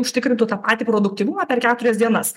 užtikrintų tą patį produktyvumą per keturias dienas